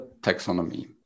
taxonomy